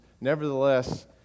nevertheless